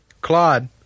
Claude